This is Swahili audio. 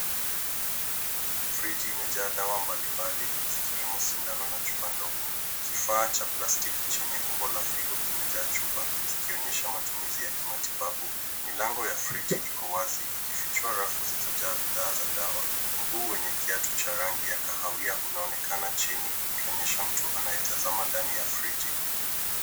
Friji imejaa dawa mbalimbali, zikiwemo sindano na chupa ndogo. Kifaa cha plastiki chenye umbo la figo kimejaa chupa, ikionyesha matumizi ya kimatibabu. Milango ya friji iko wazi, ikifichua rafu zilizojaa bidhaa za dawa. Mguu wenye kiatu cha rangi ya kahawia unaonekana chini, ukionyesha mtu anayetazama ndani ya friji.